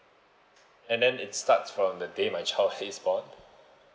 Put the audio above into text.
and then it starts from the day my child is born